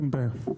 אין בעיה.